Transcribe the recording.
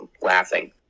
laughing